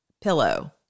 pillow